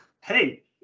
hey